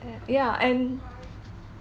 at and